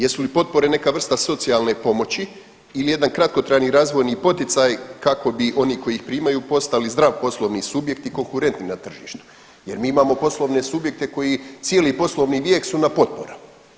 Jesu li potpore neka vrsta socijalne pomoći ili jedan kratkotrajni razvojni poticaj kako bi oni koji ih primaju postali zdrav poslovni subjekt i konkurentni na tržištu jer mi imamo poslovne subjekte koji cijeli poslovni vijek su na potporama.